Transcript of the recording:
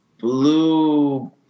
blue